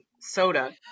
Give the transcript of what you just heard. soda